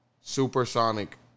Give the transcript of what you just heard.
supersonic